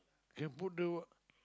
you can put the